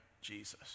Jesus